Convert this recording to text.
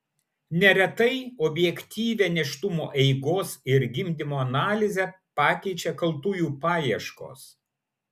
neretai objektyvią nėštumo eigos ir gimdymo analizę pakeičia kaltųjų paieškos